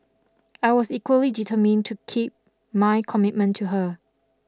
I was equally determined to keep my commitment to her